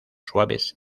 suaves